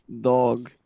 Dog